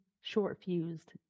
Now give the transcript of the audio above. short-fused